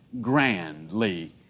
grandly